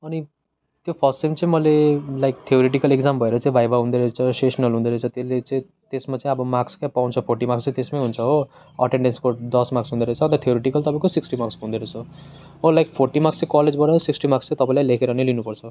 अनि त्यो first sem चाहिँ मैले लाइक थियोरिटेकल एक्जाम भएर चाहिँ भाइभा हुँदोरहेछ सेसनेल हुँदोरहेछ त्यसले चाहिँ त्यसमा चाहिँ अब मार्क्स क्या पाउँछ फोर्टी मार्क्स चाहिँ त्यसमै हुन्छ हो एटेन्डेन्सको दस मार्क्स हुँदोरहेछ थियोरिटकल तपाईँको सिक्स्टी मार्क्स हुँदोरहेछ अब लाइक फोर्टी मार्क्स चाहिँ कलेजबाट सिक्स्टी मार्क्स चाहिँ तपाईँलाई चाहिँ लेखेर नै लिनुपर्छ